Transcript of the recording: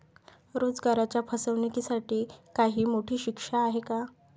रोजगाराच्या फसवणुकीसाठी काही मोठी शिक्षा आहे का?